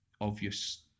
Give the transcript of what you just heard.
obvious